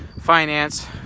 finance